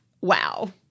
Wow